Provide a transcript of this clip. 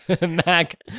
Mac